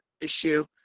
issue